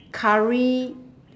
curry